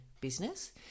business